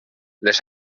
les